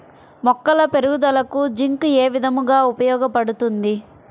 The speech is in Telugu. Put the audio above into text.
మొక్కల పెరుగుదలకు జింక్ ఏ విధముగా ఉపయోగపడుతుంది?